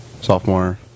sophomore